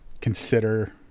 consider